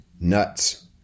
Nuts